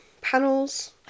panels